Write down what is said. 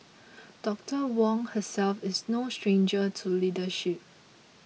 Doctor Wong herself is no stranger to leadership